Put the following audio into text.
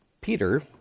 Peter